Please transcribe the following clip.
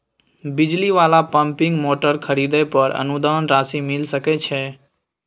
बिजली वाला pumping motor खरीदे पर अनुदान राशि मिल सके छैय?